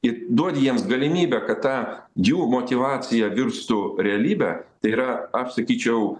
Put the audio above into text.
ir duodi jiems galimybę kad ta jų motyvacija virstų realybe tai yra aš sakyčiau